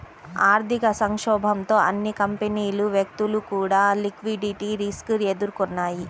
ఆర్థిక సంక్షోభంతో అన్ని కంపెనీలు, వ్యక్తులు కూడా లిక్విడిటీ రిస్క్ ఎదుర్కొన్నయ్యి